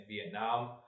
Vietnam